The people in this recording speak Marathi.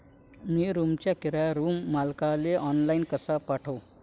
मी रूमचा किराया रूम मालकाले ऑनलाईन कसा पाठवू?